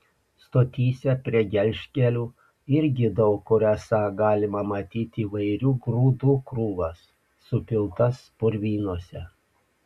stotyse prie gelžkelių irgi daug kur esą galima matyti įvairių grūdų krūvas supiltas purvynuose